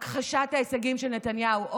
הכחשת ההישגים של נתניהו,